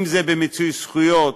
אם זה במיצוי זכויות,